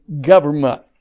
government